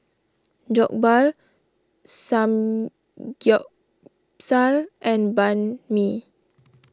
Jokbal Samgyeopsal and Banh Mi